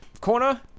corner